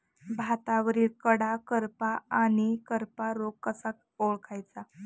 भातावरील कडा करपा आणि करपा रोग कसा ओळखायचा?